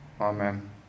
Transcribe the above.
Amen